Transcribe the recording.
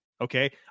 Okay